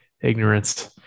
ignorance